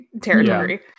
territory